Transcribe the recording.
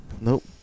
Nope